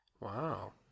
Wow